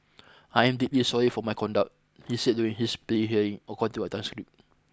I am deeply sorry for my conduct he said during his plea hearing according to a transcript